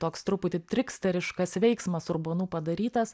toks truputį triksteriškas veiksmas urbonų padarytas